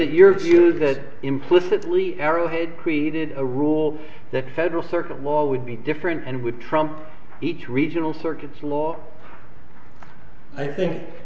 your view that implicitly arrowhead created a rule that federal circuit law would be different and would trump each regional circuits law i think